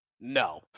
No